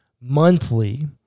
Monthly